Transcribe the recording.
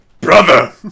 brother